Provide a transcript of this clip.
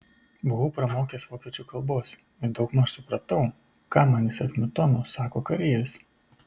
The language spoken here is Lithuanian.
buvau pramokęs vokiečių kalbos ir daugmaž supratau ką man įsakmiu tonu sako kareivis